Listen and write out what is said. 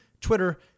Twitter